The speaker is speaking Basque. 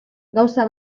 gauza